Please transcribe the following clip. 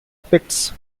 effects